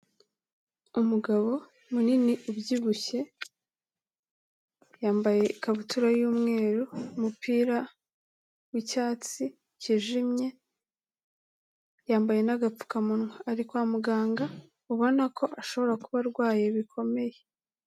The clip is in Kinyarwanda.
Umugabo munini ubyibushye, yambaye ikabutura y'umweru, umupira w'icyatsi cyijimye, yambaye n'agapfukamunwa, ari kwa muganga, ubona ko ashobora kuba arwaye bikomeye.